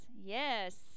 yes